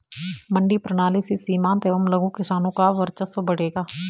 मंडी प्रणाली से सीमांत एवं लघु किसानों का वर्चस्व बढ़ेगा